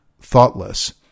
thoughtless